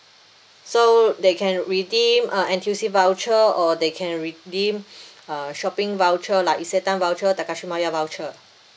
so they can redeem uh N_T_U_C voucher or they can redeem uh shopping voucher like Isetan voucher Takashimaya voucher